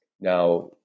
Now